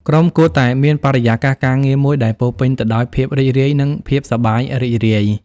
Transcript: ក្រុមគួរតែមានបរិយាកាសការងារមួយដែលពោរពេញទៅដោយភាពរីករាយនិងភាពសប្បាយរីករាយ។